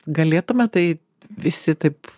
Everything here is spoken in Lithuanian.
galėtume tai visi taip